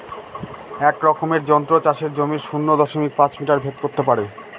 এক রকমের যন্ত্র চাষের জমির শূন্য দশমিক পাঁচ মিটার ভেদ করত পারে